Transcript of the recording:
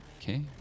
okay